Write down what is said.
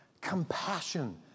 Compassion